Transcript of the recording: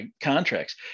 contracts